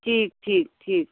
ठीक ठीक ठीक